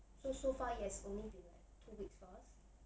so so far it has only been like two weeks for us